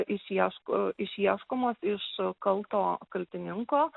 išieško išieškomos iš kalto kaltininko